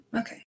Okay